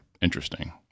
interesting